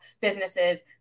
businesses